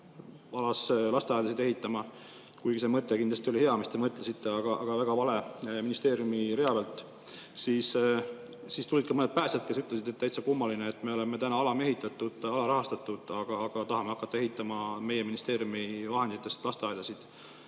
lasteaedasid ehitama – kuigi see mõte kindlasti oli hea, mis te mõtlesite, aga väga vale ministeeriumi rea pealt –, tulid [rääkima] mõned päästjad, kes ütlesid, et täitsa kummaline: me oleme alamehitatud ja alarahastatud, aga tahame hakata ehitama meie ministeeriumi vahenditest lasteaedasid.